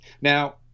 now